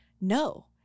No